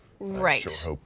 Right